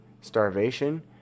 starvation